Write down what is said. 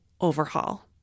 overhaul